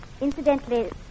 Incidentally